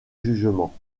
jugement